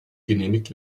genehmigt